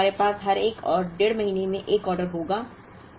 2 महीने हमारे पास हर एक और डेढ़ महीने में एक ऑर्डर होगा